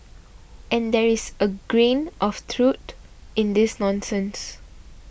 and there is a grain of truth in this nonsense